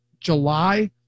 July